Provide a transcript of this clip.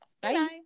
Bye